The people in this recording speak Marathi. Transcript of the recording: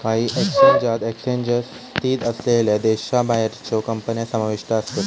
काही एक्सचेंजात एक्सचेंज स्थित असलेल्यो देशाबाहेरच्यो कंपन्या समाविष्ट आसत